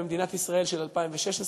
במדינת ישראל של 2016,